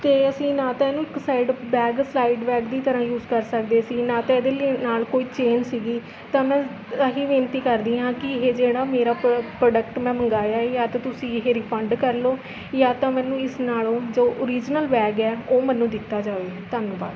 ਅਤੇ ਅਸੀਂ ਨਾ ਤਾਂ ਇਹ ਨੂੰ ਇੱਕ ਸਾਈਡ ਬੈਗ ਸਾਈਡ ਬੈਗ ਦੀ ਤਰ੍ਹਾਂ ਯੂਜ਼ ਕਰ ਸਕਦੇ ਸੀ ਨਾ ਤਾਂ ਇਹਦੇ ਨਾਲ਼ ਕੋਈ ਚੇਨ ਸੀ ਤਾਂ ਮੈਂ ਆਹੀ ਬੇਨਤੀ ਕਰਦੀ ਹਾਂ ਕਿ ਇਹ ਜਿਹੜਾ ਮੇਰਾ ਪ੍ਰੋਡਕਟ ਮੈਂ ਮੰਗਵਾਇਆ ਇਹ ਜਾਂ ਤਾਂ ਤੁਸੀਂ ਰੀਫੰਡ ਕਰਲੋ ਜਾਂ ਤਾਂ ਮੈਨੂੰ ਇਸ ਨਾਲੋਂ ਜੋ ਓਰੀਜਨਲ ਬੈਗ ਹੈ ਉਹ ਮੈਨੂੰ ਦਿੱਤਾ ਜਾਵੇ ਧੰਨਵਾਦ